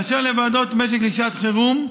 אשר לוועדות משק לשעת חירום,